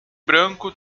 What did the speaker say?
branco